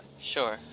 Sure